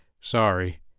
Sorry